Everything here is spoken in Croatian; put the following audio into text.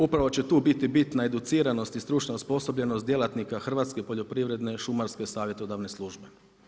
Upravo će tu biti bitna educiranost i stručna osposobljenost djelatnika Hrvatske poljoprivredno-šumarske savjetodavne službe.